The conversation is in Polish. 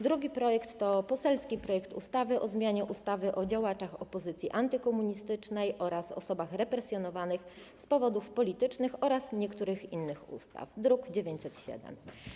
Drugi projekt to poselski projekt ustawy o zmianie ustawy o działaczach opozycji antykomunistycznej oraz osobach represjonowanych z powodów politycznych oraz niektórych innych ustaw, druk nr 907.